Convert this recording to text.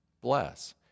Bless